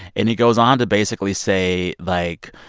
and he goes on to basically say, like,